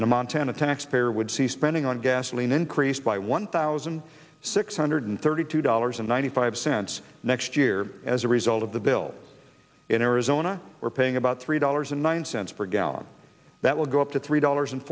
a montana taxpayer would see spending on gasoline increased by one thousand six hundred thirty two dollars and ninety five cents next year as a result of the bill in arizona we're paying about three dollars and nine cents per gallon that will go up to three dollars and